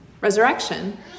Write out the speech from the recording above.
Resurrection